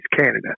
Canada